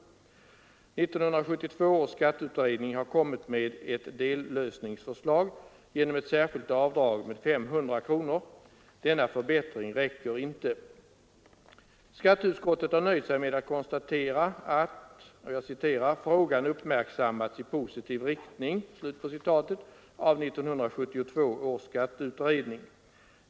1972 års skatteutredning har kommit med ett dellösningsförslag genom ett särskilt avdrag med 500 kronor. Denna förbättring räcker inte! Skatteutskottet har nöjt sig med att konstatera att ”frågan uppmärksammats i positiv riktning” av 1972 års skatteutredning.